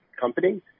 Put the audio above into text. company